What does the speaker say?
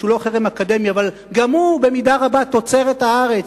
שהוא לא חרם אקדמי אבל גם הוא במידה רבה תוצרת הארץ,